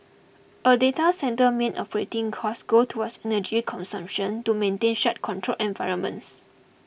a data centre main operating costs go towards energy consumption to maintain such controlled environments